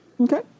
Okay